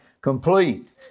complete